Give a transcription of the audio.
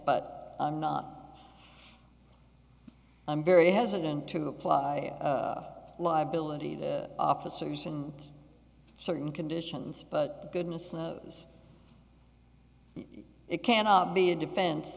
but i'm not i'm very hesitant to apply live villainy the officers and certain conditions but goodness knows it can't be a defense